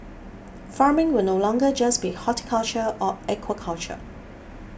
farming will no longer just be horticulture or aquaculture